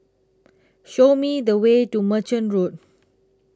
Show Me The Way to Merchant Road